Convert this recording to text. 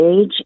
age